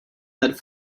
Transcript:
that